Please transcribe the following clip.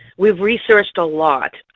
we've researched a lot,